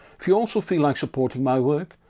if you also feel like supporting my work,